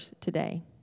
today